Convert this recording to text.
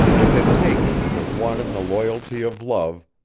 it had taken the one in the loyalty of love,